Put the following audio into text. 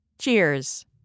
Cheers